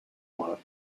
work